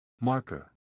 Marker